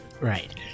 Right